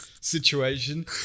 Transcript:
situation